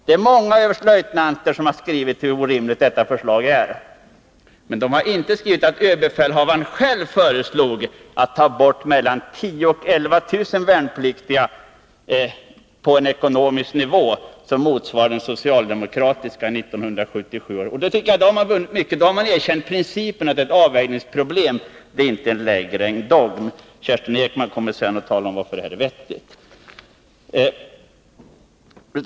Det är många överstelöjtnanter som har skrivit hur orimligt folkpartiets förslag om överföring av 2 000 yngre män är. Men man har inte skrivit att överbefälhavaren själv föreslog att 10 000-11 000 värnpliktiga skulle tas bort, på en ekonomisk nivå som motsvarar den socialdemokratiska från 1977. Med ÖB:s förslag tycker jag att man har vunnit mycket — man har erkänt principen, att det är ett avvägningsproblem och inte längre en dogm. Kerstin Ekman kommer senare att tala om varför detta är vettigt.